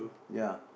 ya